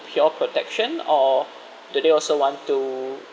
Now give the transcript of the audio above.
pure protection or do they also want to